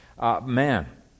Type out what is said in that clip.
man